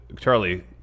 Charlie